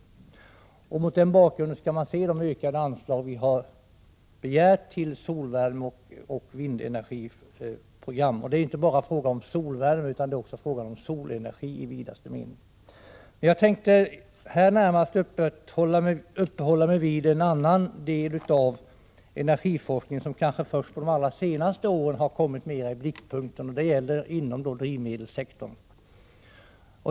Det är mot den här bakgrunden som man skall se de ökade anslag som vi har begärt till solvärmeoch vindenergiprogram. Och här gäller det inte bara solvärme utan solenergi i vidaste mening. Jag tänkte nu närmast uppehålla mig vid en annan del av energiforskning en, som kanske först under de senaste åren kommit mer i blickpunkten. Det gäller drivmedelssektorn.